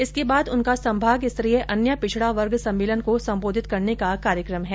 इसके बाद उनका संभाग स्तरीय अन्य पिछड़ा वर्ग सम्मेलन को संबोधित करने का कार्यक्रम है